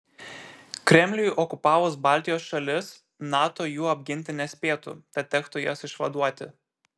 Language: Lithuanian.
kremliui okupavus baltijos šalis nato jų apginti nespėtų tad tektų jas išvaduoti